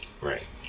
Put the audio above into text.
Right